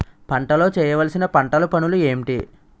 పంటలో చేయవలసిన పంటలు పనులు ఏంటి?